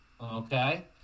Okay